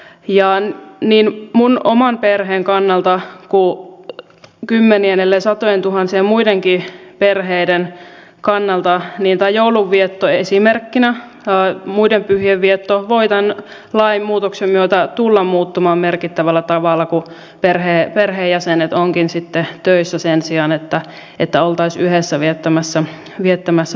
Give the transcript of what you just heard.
ja niin minun oman perheeni kannalta kuin kymmenien ellei satojen tuhansien muidenkin perheiden kannalta joulunvietto ja muidenkin pyhien vietto voi tämän lainmuutoksen myötä tulla muuttumaan merkittävällä tavalla kun perheenjäsenet ovatkin sitten töissä sen sijaan että oltaisiin yhdessä viettämässä pyhää